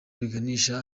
biganisha